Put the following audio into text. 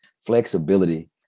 flexibility